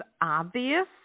obvious